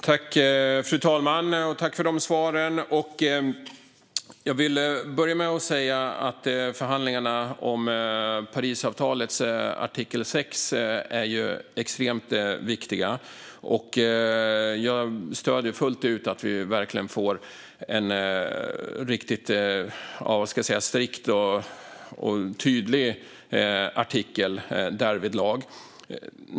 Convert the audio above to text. Fru talman! Tack, ministern, för de svaren! Jag vill börja med att säga att förhandlingarna om Parisavtalets artikel 6 är extremt viktiga. Jag stöder fullt ut att vi verkligen ska få en riktigt strikt och tydlig artikel därvidlag.